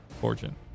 fortune